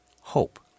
Hope